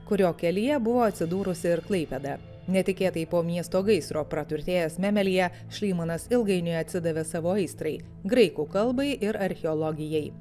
kurio kelyje buvo atsidūrusi ir klaipėda netikėtai po miesto gaisro praturtėjęs memelyje šlymanas ilgainiui atsidavė savo aistrai graikų kalbai ir archeologijai